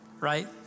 right